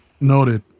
Noted